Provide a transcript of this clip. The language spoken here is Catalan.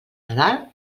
nadal